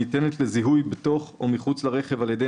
הניתנת לזיהוי בתוך או מחוץ לרכב על ידי